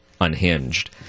unhinged